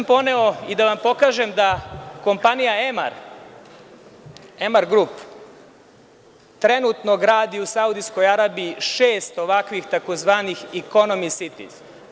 Poneo sam i da vam pokažem da kompanija Emar Grup trenutno gradi u Saudijskoj Arabiji šest ovakvih takozvanih „ekonomi sitis“